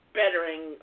bettering